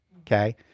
okay